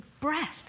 breath